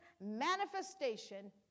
manifestation